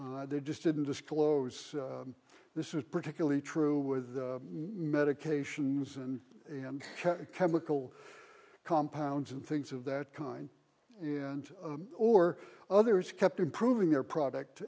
they just didn't disclose this is particularly true with medications and and chemical compounds and things of that kind and or others kept improving their product